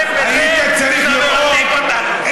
ואתה תתנחם בזה שאתה מרתק אותנו.